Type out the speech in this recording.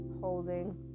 holding